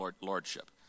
lordship